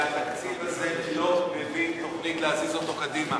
והתקציב הזה לא מביא תוכנית להזיז אותו קדימה,